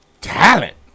talent